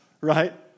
right